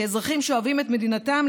כאזרחים שאוהבים את מדינתם,